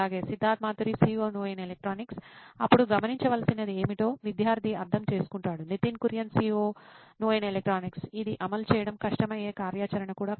Siddharth Mathuri CEO నోయిన్ electronics అప్పుడు గమనించవలసినది ఏమిటో విద్యార్థి అర్థం చేసుకుంటాడు నితిన్ కురియన్ COO నోయిన్ ఎలక్ట్రానిక్స్ ఇది అమలు చేయడం కష్టమయ్యే కార్యాచరణ కూడా కావచ్చు